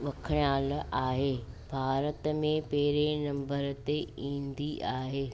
वखियाल आहे भारत में पहिरें नम्बर ते ईंदी आहे